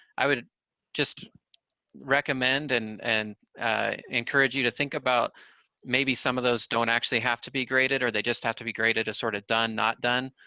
i would just recommend and and encourage you to think about maybe some of those don't actually have to be graded, or they just have to be graded as sort of done not done,